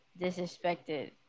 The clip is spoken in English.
disrespected